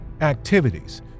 activities